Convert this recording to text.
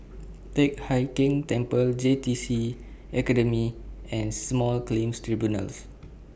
Teck Hai Keng Temple J T C Academy and Small Claims Tribunals